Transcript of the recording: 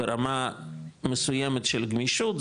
ברמה מסוימת של גמישות,